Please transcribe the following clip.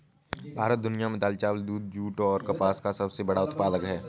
भारत दुनिया में दाल, चावल, दूध, जूट और कपास का सबसे बड़ा उत्पादक है